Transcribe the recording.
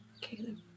Caleb